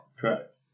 Correct